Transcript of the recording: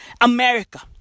America